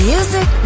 Music